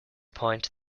point